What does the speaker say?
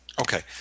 Okay